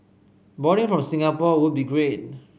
boarding from Singapore would be great